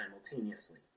simultaneously